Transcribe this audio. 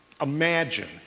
Imagine